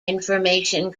information